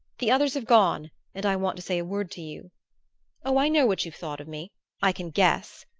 the others have gone and i want to say a word to you oh, i know what you've thought of me i can guess!